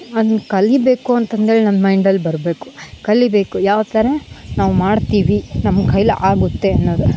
ಅದ್ನ ಕಲಿಯಬೇಕೋ ಅಂತಂದರೆ ನಮ್ಮ ಮೈಂಡಲ್ಲಿ ಬರಬೇಕು ಕಲಿಯಬೇಕು ಯಾವ ಥರ ನಾವು ಮಾಡ್ತೀವಿ ನಮ್ಮ ಕೈಲೆ ಆಗುತ್ತೆ ಅನ್ನೋದು